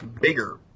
bigger